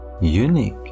unique